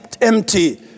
empty